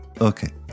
Okay